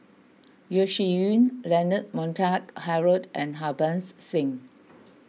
Yeo Shih Yun Leonard Montague Harrod and Harbans Singh